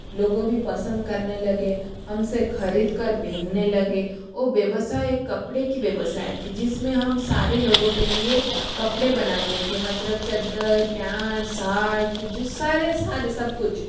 लोगों भी पसंद करने लगे हमसे खरीद कर पहनने लगे ओ व्यवसाय एक कपड़े की व्यवसाय थी जिसमें हम सारे लोगों के लिए कपड़े बनाते थे मतलब चदर प्यांट साट जिस सारे सारे सब कुछ